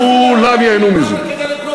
כולם ייהנו מזה.